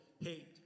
hate